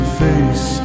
face